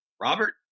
Robert